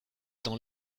dans